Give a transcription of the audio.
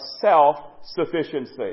self-sufficiency